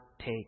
take